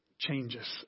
changes